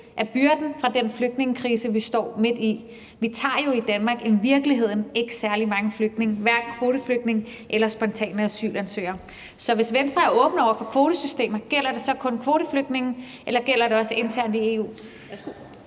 af byrden fra den flygtningekrise, vi står midt i. I virkeligheden tager vi i Danmark jo ikke særlig mange flygtninge, hverken kvoteflygtninge eller spontane asylansøgere. Så hvis Venstre er åbne over for kvotesystemet, gælder det så kun kvoteflygtninge, eller gælder det også internt i EU?